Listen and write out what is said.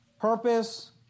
purpose